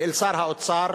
ואל שר האוצר,